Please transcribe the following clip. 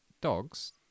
dogs